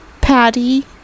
Patty